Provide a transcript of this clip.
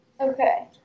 Okay